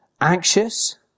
anxious